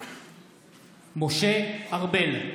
משה ארבל,